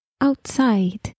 outside